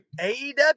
AEW